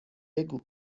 بگو